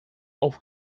auf